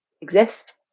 exist